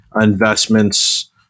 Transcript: investments